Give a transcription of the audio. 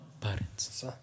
parents